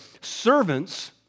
servants